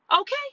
okay